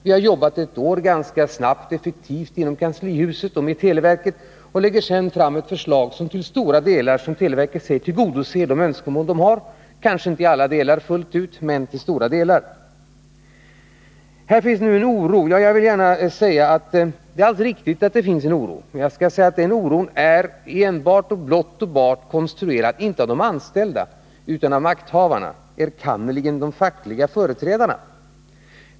Vi har jobbat ett år med detta inom kanslihuset och med televerket. Vi har jobbat ganska snabbt och effektivt och lägger nu fram ett förslag som man inom Nr 55 televerket säger tillgodoser de egna önskemålen — kanske inte fullt ut, men till stora delar. Här finns nu en oro bland de anställda, säger man, och det är alldeles riktigt. Men jag vill säga att den oron har inte skapats av de anställda, utan den är blott och bart konstruerad av makthavarna, enkannerligen de fackliga företrädarna.